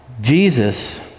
Jesus